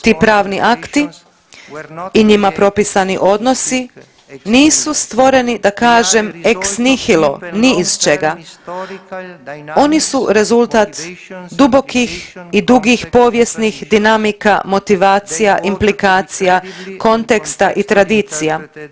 Ti pravni akti i njima propisani odnosi nisu stvoreni da kažem ex nihilo ni iz čega, oni su rezultat dubokih i dugih povijesnih dinamika, motivacija, implikacija, konteksta i tradicija.